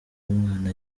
umwana